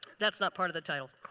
that's not part of the title.